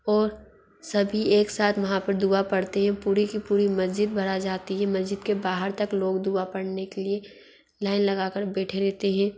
ओर सभी एक साथ वहाँ पर दुआ पढ़ते हैं पूरी की पूरी मस्जिद भर जाती है मस्जिद के बाहर तक लोग दुआ पढ़ने के लिए लाइन लगा कर बेठे रहते हैं